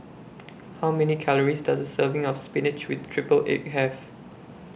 How Many Calories Does A Serving of Spinach with Triple Egg Have